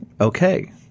okay